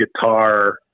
guitar